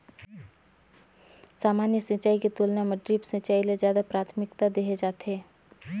सामान्य सिंचाई के तुलना म ड्रिप सिंचाई ल ज्यादा प्राथमिकता देहे जाथे